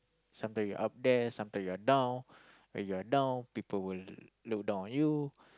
sometime you up there sometime you're down when you're down people will look down on you